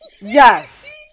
yes